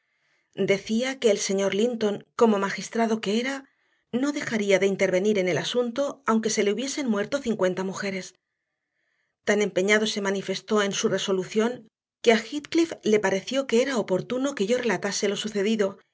decía que el señor linton como magistrado que era no dejaría de intervenir en el asunto aunque se le hubiesen muerto cincuenta mujeres tan empeñado se manifestó en su resolución que a heathcliff le pareció que era oportuno que yo relatase lo sucedido